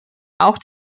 auch